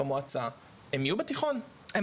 במועצה הם יהיו בתיכון- -- אבל,